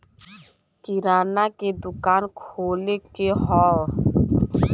किराना के दुकान खोले के हौ